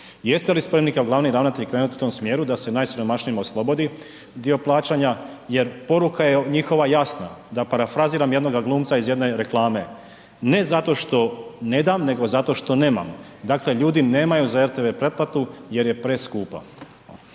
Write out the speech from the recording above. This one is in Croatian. Jeste li spremni kao glavni ravnatelj krenuti u tom smjeru da se najsiromašnijima oslobodi dio plaćanja jer poruka je njihova jasna, da parafraziram jednoga glumca iz jedne reklame „ne zato što ne dam, nego zato što nemam“, dakle ljudi nemaju za rtv pretplatu jer preskupa.